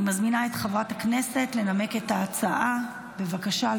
אני מזמינה את חברת הכנסת לנמק את ההצעה, בבקשה.